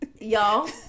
Y'all